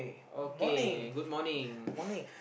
okay good morning